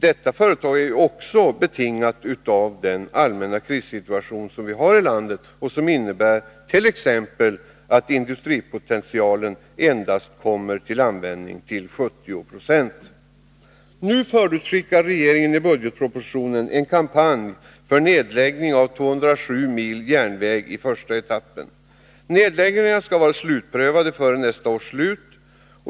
Detta företag är också betingat av den allmänna krissituation som vi har i landet och som innebär attt.ex. industripotentialen endast kommer till användning till 70 90. Nu förutskickar regeringen i budgetpropositionen en kampanj för nedläggning av 207 mil järnväg i första etappen. Nedläggningarna skall vara slutprövade före nästa års slut.